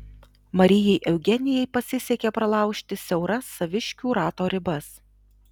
marijai eugenijai pasisekė pralaužti siauras saviškių rato ribas